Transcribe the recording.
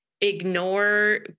ignore